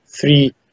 three